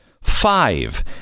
five